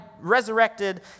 resurrected